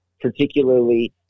Particularly